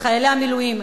חיילי המילואים,